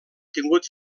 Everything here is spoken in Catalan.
tingut